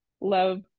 Love